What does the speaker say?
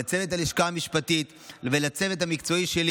לצוות הלשכה המשפטית ולצוות המקצועי שלי